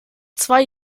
zwei